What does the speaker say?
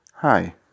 Hi